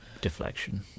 Deflection